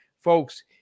Folks